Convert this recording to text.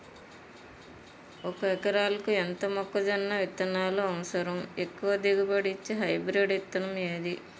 ఒక ఎకరాలకు ఎంత మొక్కజొన్న విత్తనాలు అవసరం? ఎక్కువ దిగుబడి ఇచ్చే హైబ్రిడ్ విత్తనం ఏది?